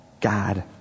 God